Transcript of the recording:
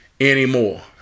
anymore